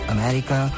America